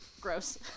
gross